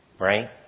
right